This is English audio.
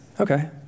Okay